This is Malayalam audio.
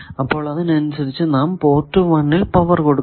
അപ്പോൾ അതനുസരിച്ചു നാം പോർട്ട് 1 ൽ പവർ കൊടുക്കുന്നു